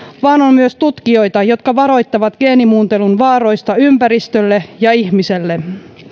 vaan on myös tutkijoita jotka varoittavat geenimuuntelun vaaroista ympäristölle ja ihmiselle